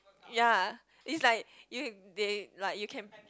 ya it's like you they like you can